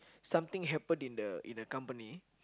something happen in the in the company